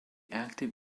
active